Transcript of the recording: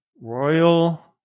Royal